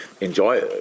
Enjoy